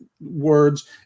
words